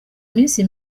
minsi